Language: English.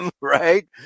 right